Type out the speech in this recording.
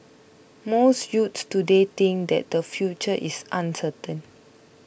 most youths today think that their future is uncertain